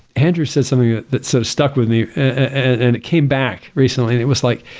andrew said something that so stuck with me and it came back recently. it was like,